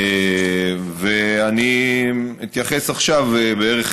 ואני אתייחס עכשיו בערך